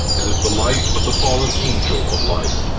it is the light of the fallen angel of light,